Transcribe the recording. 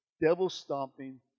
devil-stomping